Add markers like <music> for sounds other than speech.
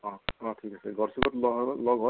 অঁ অঁ ঠিক আছে গড়চুকত <unintelligible> লগ হোৱা